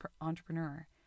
entrepreneur